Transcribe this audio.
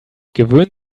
gewöhnen